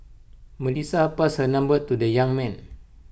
Melissa passed her number to the young man